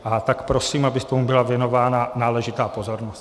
A tak prosím, aby tomu byla věnována náležitá pozornost.